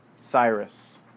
Cyrus